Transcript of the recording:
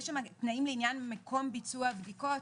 יש שם תנאים לעניין מקום ביצוע הבדיקות,